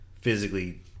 physically